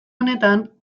honetan